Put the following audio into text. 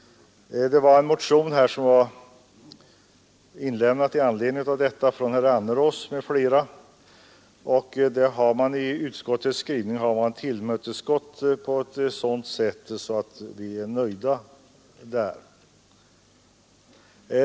En motion i denna fråga av herr Annerås m.fl. har i utskottets skrivning tillmötesgåtts på ett sätt som vi är nöjda med.